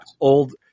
old